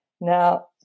Now